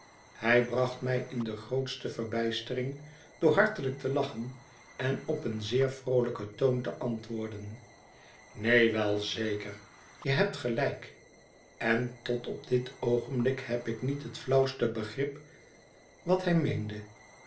hij bracht mij in de grootste verbijstering door hartelijk te lachen en op een zeer vroolijken toon te antwoorden neen wel zeker je hebt gelijk en tpt op dit oogenblik heb ik niet het hauwste begrip wat hij meende